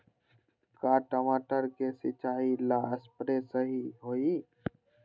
का टमाटर के सिचाई ला सप्रे सही होई?